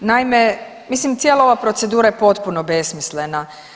Naime, mislim cijela ova procedura je potpuno besmislena.